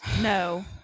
No